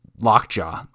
Lockjaw